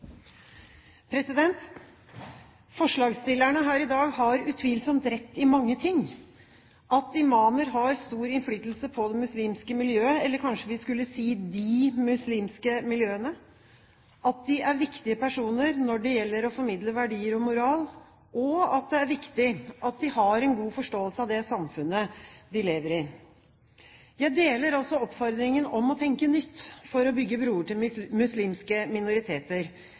regjering. Forslagsstillerne her i dag har utvilsomt rett i mange ting – at imamer har stor innflytelse på det muslimske miljøet, eller kanskje vi skulle si de muslimske miljøene, at de er viktige personer når det gjelder å formidle verdier og moral, og at det er viktig at de har en god forståelse av det samfunnet de lever i. Jeg deler oppfordringen om å tenke nytt for å bygge broer til muslimske minoriteter,